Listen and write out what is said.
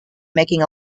making